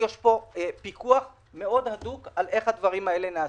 פה פיקוח מאוד הדוק על איך הדברים האלה נעשים.